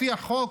לפי החוק,